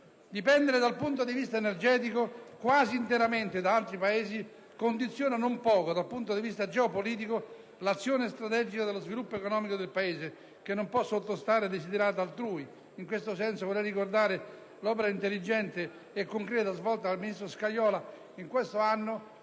Dipendere dal punto di vista energetico quasi interamente da altri Paesi condiziona non poco, da un punto di vista geopolitico, l'azione strategica dello sviluppo economico del Paese, che non può sottostare ai *desiderata* altrui. In questo senso vorrei ricordare l'opera intelligente e concreta svolta dal ministro Scajola in questo anno